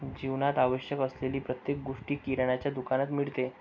जीवनात आवश्यक असलेली प्रत्येक गोष्ट किराण्याच्या दुकानात मिळते